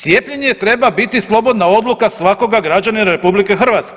Cijepljenje treba biti slobodna odluka svakoga građanina RH.